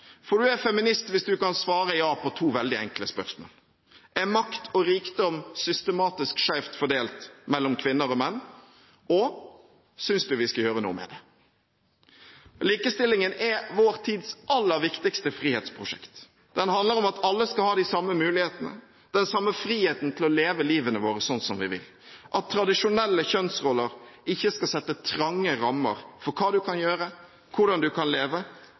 om. Du er feminist hvis du kan svare ja på to veldig enkle spørsmål: Er makt og rikdom systematisk skjevt fordelt mellom kvinner og menn? Synes du vi skal gjøre noe med det? Likestillingen er vår tids aller viktigste frihetsprosjekt. Den handler om at vi alle skal ha de samme mulighetene, den samme friheten til å leve livet vårt slik vi vil, og at tradisjonelle kjønnsroller ikke skal sette trange rammer for hva du kan gjøre, hvordan du kan leve,